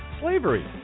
Slavery